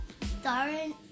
Darren